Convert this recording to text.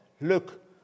Look